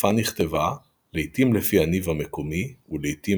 השפה נכתבה – לעיתים לפי הניב המקומי ולעיתים